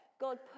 God